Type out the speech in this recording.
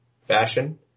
fashion